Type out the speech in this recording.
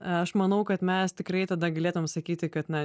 aš manau kad mes tikrai tada galėtumėm sakyti kad